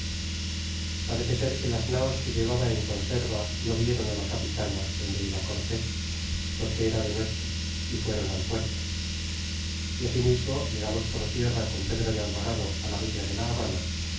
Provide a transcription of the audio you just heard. parece ser que las naos que llevaba en conserva no vieron la capitana donde iba cortés porque era de noche y fueron al puerto y asimismo llegamos por tierra con pedro de alvarado á la villa de la habana